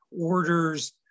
orders